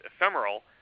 ephemeral